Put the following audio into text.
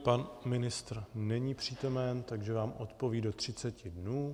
Pan ministr není přítomen, takže vám odpoví do 30 dnů.